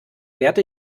werte